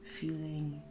feeling